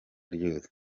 ryose